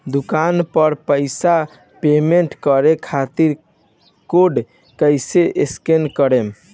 दूकान पर पैसा पेमेंट करे खातिर कोड कैसे स्कैन करेम?